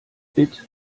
bit